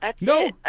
No